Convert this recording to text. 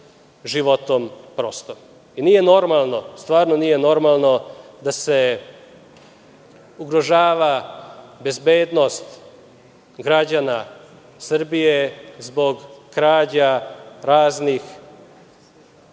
Nije normalno, stvarno nije normalno da se ugrožava bezbednost građana Srbije zbog krađa raznih